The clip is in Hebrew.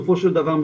בסופו של דבר,